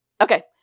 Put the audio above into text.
Okay